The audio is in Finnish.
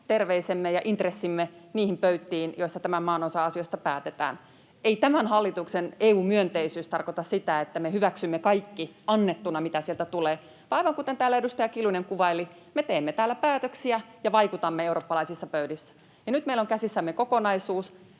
terveisemme ja intressimme niihin pöytiin, joissa tämän maanosan asioista päätetään. Ei tämän hallituksen EU-myönteisyys tarkoita sitä, että me hyväksymme kaikki annettuna, mitä sieltä tulee, vaan aivan kuten täällä edustaja Kiljunen kuvaili, me teemme täällä päätöksiä ja vaikutamme eurooppalaisissa pöydissä. Ja nyt meillä on käsissämme kokonaisuus.